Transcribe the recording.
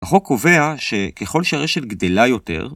החוק קובע שככל שהרשת גדלה יותר